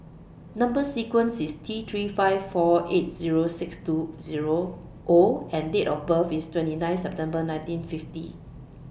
Number sequence IS T three five four eight Zero six two O and Date of birth IS twenty nine September nineteen fifty